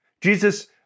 Jesus